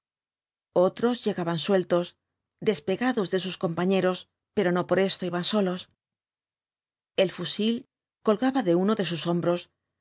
otros llegaban sueltos despegados de sus compañeros pero no por esto iban solos el fusil colgaba de uno de sus hombros